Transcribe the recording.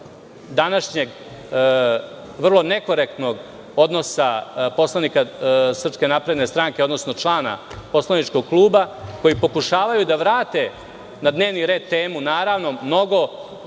današnjeg, vrlo nekorektnog odnosa poslanika SNS, odnosno člana poslaničkog kluba, koji pokušavaju da vrate na dnevni red temu, naravno,